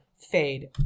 fade